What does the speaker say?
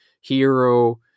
hero